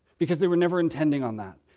because they were never intending on that.